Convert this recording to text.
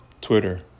Twitter